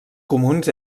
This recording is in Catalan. comuns